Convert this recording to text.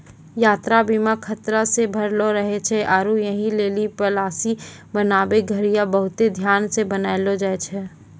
यात्रा बीमा खतरा से भरलो रहै छै आरु यहि लेली पालिसी बनाबै घड़ियां बहुते ध्यानो से बनैलो जाय छै